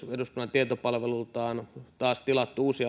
tietopalvelulta on taas tilattu uusia